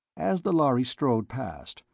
as the lhari strode past,